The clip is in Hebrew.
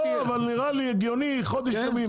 לא, אבל נראה לי הגיוני שזה ייקח חודש ימים.